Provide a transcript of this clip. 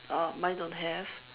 uh mine don't have